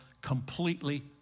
completely